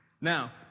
Now